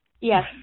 Yes